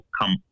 come